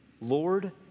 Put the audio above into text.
Lord